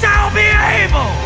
shall be able!